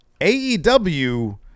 AEW